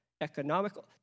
Economical